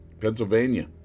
Pennsylvania